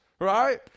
right